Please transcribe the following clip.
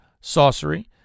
sorcery